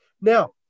Now